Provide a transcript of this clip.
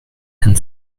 and